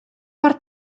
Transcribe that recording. per